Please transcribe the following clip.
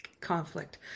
conflict